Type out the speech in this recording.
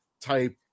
type